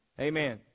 Amen